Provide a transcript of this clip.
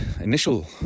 initial